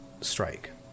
strike